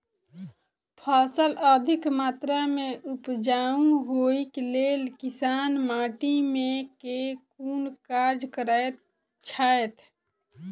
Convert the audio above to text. फसल अधिक मात्रा मे उपजाउ होइक लेल किसान माटि मे केँ कुन कार्य करैत छैथ?